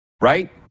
Right